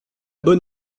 bon